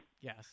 Yes